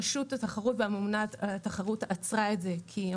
רשות התחרות והממונה על התחרות עצרה את זה כי היא